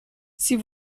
sie